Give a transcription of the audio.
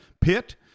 pit